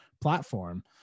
platform